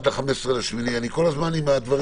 דעת של נשיא שיכול לסטות מהתעדוף מנימוקים